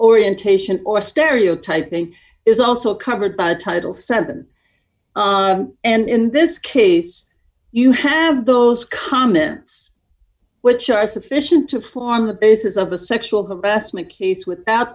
orientation or stereotyping is also covered by the title seven and in this case you have those comments which are sufficient to form the basis of a sexual harassment case without